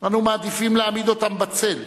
אנו מעדיפים להעמיד אותם בצל,